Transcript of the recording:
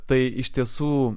tai iš tiesų